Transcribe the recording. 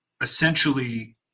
essentially